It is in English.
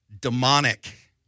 demonic